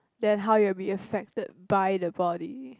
then how it will be affected by the body